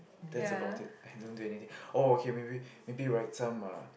that's about it I don't do anything oh maybe maybe write some uh